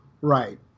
Right